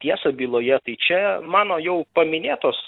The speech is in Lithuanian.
tiesą byloje tai čia mano jau paminėtos